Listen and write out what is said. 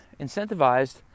incentivized